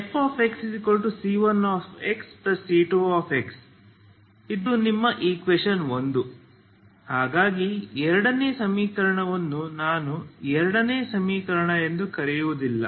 fxc1xc2 ಇದು ನಿಮ್ಮ eq1 ಹಾಗಾಗಿ ಎರಡನೇ ಸಮೀಕರಣವನ್ನು ನಾನು ಎರಡನೇ ಸಮೀಕರಣ ಎಂದು ಕರೆಯುವುದಿಲ್ಲ